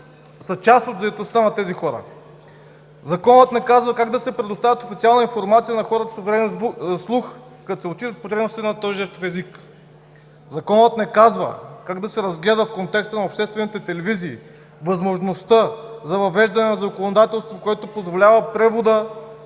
са част от заетостта на тези хора. Законът не казва как да се предостави официална информация на хората с увреден слух, като се отчитат потребностите на този жестов език. Законът не казва как да се разгледа в контекста на обществените телевизия възможността за въвеждане на законодателство, което позволява превода